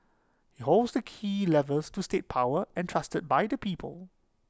holds the key levers of state power entrusted by the people